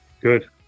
good